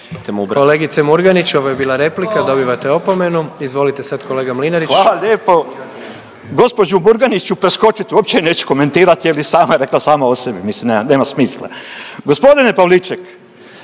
Kolegice Murganić, ovo je bila replika, dobivate opomenu. Izvolite sad kolega Mlinarić. **Mlinarić, Stipo (DP)** Hvala lijepo, gđu. Burganić ću preskočit, uopće je neću komentirat jel je i sama rekla, sama o sebi, mislim nema, nema smisla. Gospodine Pavliček,